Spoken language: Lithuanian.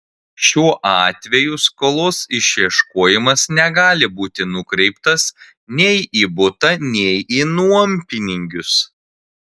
šiuo atveju skolos išieškojimas negali būti nukreiptas nei į butą nei į nuompinigius